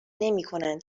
نمیکنند